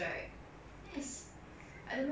do what sanitisation with the school